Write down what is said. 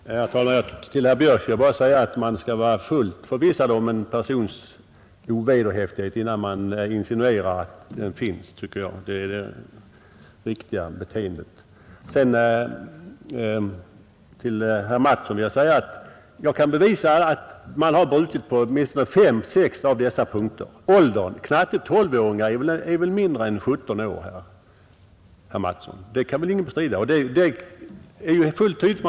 Herr talman! Till herr Björk i Göteborg skall jag bara säga att jag tycker att man skall vara fullt förvissad om en persons ovederhäftighet innan man insinuerar att denna finns. Det är det riktiga beteendet. Sedan vill jag till herr Mattsson i Lane-Herrestad säga att jag kan bevisa att man har brutit mot åtminstone fem sex av dessa punkter. Beträffande åldern är väl knattetolvåringarna mindre än 17 år, herr Mattsson. Det kan väl ingen bestrida. Det är ju fullt klart.